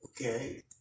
okay